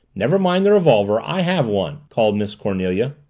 never mind the revolver, i have one! called miss cornelia.